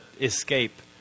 escape